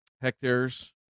hectares